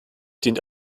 dient